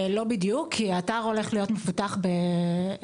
לא בדיוק עכשיו האתר הולך להיות מפותח בשתי